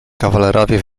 kawalerowie